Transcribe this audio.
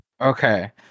Okay